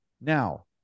Now